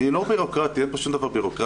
לא בירוקרטי, אין פה שום דבר בירוקרטי.